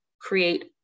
create